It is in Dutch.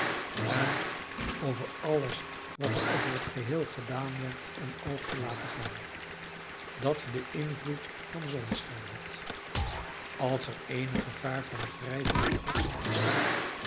en over alles wat er over het geheel gedaan werd een oog te laten gaan dat den invloed van zonneschijn had als er eenig gevaar van wrijving of botsing ontstond